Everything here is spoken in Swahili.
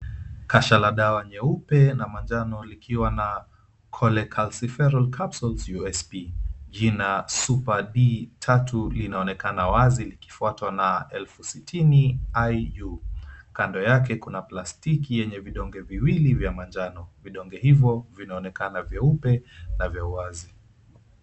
Kasha la dawa nyeupe na manjano likiwa na "Cholecalciferol Capsules USP" .Jina "SIPERD3" linaonekana wazi likifuawa na 60,000 iu, kando yake kuna plastiki yenye vidonge viwili vya manjano. Vidonge hivo vinaonekana vyeupe na vya wazi.